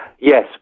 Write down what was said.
Yes